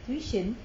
tuition